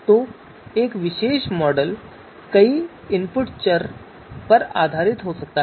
तो एक विशेष मॉडल कई इनपुट चर पर आधारित हो सकता है